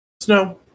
Snow